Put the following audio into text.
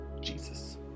Jesus